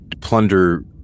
plunder